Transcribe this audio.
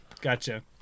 Gotcha